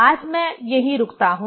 आज मैं यही रुकता हूं